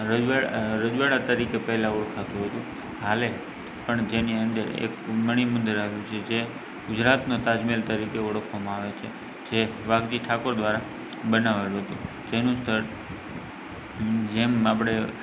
રજવા અ રજવાડા તરીકે પહેલા ઓળખાતું હતું હાલેય પણ તેની અંદર એક મણિ મંદિર આવેલું છે જે ગુજરાતના તાજ મહેલ તરીકે ઓળખવામાં આવે છે જે વાઘજી ઠાકોર દ્બારા બનાવાયું હતું જેનું સ્થળ જેમ આપણે